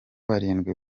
barindwi